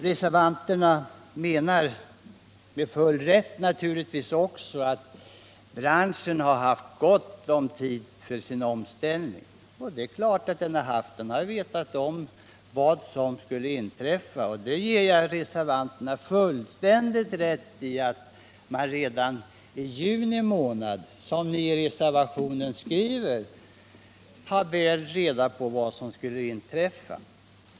Reservanterna menar, naturligtvis med full rätt, att branschen haft gott om tid för sin omställning. Man har ju vetat om vad som skulle inträffa. Jag ger reservanterna fullständigt rätt i att man redan i juni månad, som det står i reservationen, haft väl reda på vad som skulle inträffa.